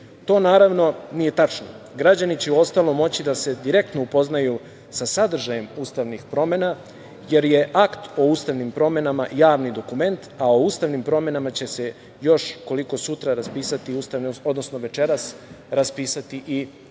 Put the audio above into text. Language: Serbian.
To naravno nije tačno. Građani će u ostalom moći da se direktno upoznaju sa sadržajem ustavnih promena, jer je akt o ustavnim promenama javni dokument, a o ustavnim promenama će se još koliko sutra raspisati, odnosno večeras, raspisati i ustavni